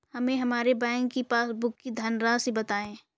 हमें हमारे बैंक की पासबुक की धन राशि बताइए